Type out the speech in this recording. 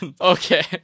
Okay